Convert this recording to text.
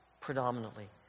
predominantly